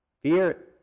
Fear